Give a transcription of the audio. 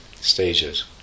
stages